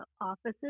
offices